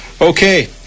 Okay